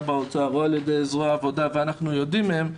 באוצר או על ידי זרוע העבודה ואנחנו יודעים מהם,